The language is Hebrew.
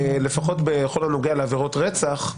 לפחות בכל הנוגע לעבירות רצח,